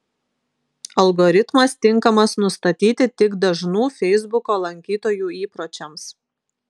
algoritmas tinkamas nustatyti tik dažnų feisbuko lankytojų įpročiams